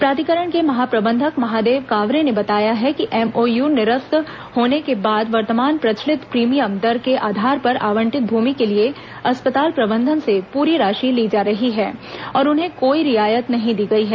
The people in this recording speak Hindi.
प्राधिकरण के महाप्रबंधक महादेव कावरे ने बताया कि एमओयू निरस्त होने के बाद वर्तमान प्रचलित प्रीमियम दर के आधार पर आवंटित भूमि के लिए अस्पताल प्रबंधन से पूरी राशि ली जा रही है और उन्हें कोई रियायत नहीं दी गई है